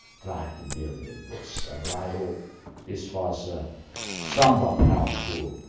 try to deal with this. and i hope this was ah somewhat helpful,